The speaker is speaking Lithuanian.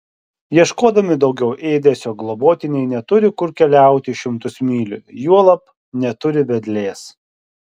ieškodami daugiau ėdesio globotiniai neturi kur keliauti šimtus mylių juolab neturi vedlės